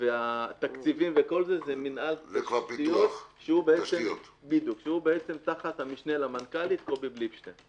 ותקציבים זה מינהל תשתיות שהוא תחת המשנה למנכ"לית קובי בליטשטיין.